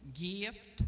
gift